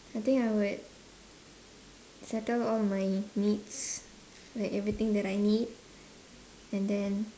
I think I would settle all my needs like everything that I need and then